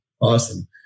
Awesome